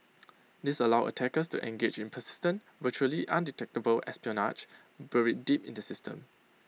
this allows attackers to engage persistent virtually undetectable espionage buried deep in the system